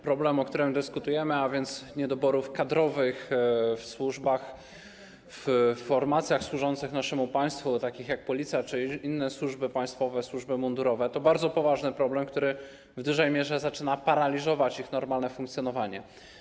Problem, o którym dyskutujemy, a więc niedoborów kadrowych w służbach, w formacjach służących naszemu państwu, takich jak Policja czy inne służby państwowe, służby mundurowe, to bardzo poważny problem, który w dużej mierze zaczyna paraliżować ich normalne funkcjonowanie.